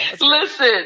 Listen